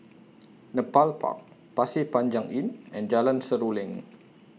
Nepal Park Pasir Panjang Inn and Jalan Seruling